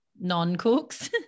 non-cooks